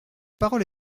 parole